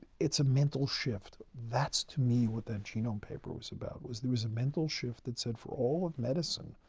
it's a mental shift. that's, to me, what that genome paper was about. was there was a mental shift that said for all of medicine,